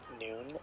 noon